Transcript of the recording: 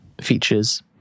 features